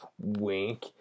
Wink